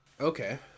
Okay